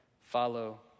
follow